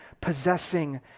possessing